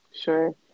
sure